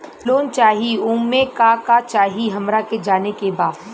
Loan चाही उमे का का चाही हमरा के जाने के बा?